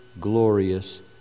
glorious